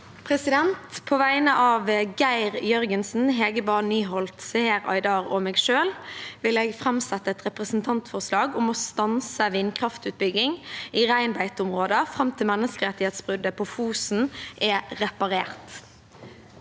represen- tantene Geir Jørgensen, Hege Bae Nyholt, Seher Aydar og meg selv vil jeg framsette et representantforslag om å stanse vindkraftutbygging i reinbeiteområder fram til menneskerettighetsbruddet på Fosen er reparert.